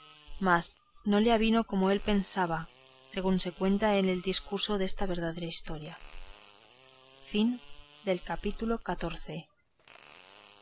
mas no le avino como él pensaba según se cuenta en el discurso desta verdadera historia dando